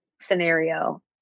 scenario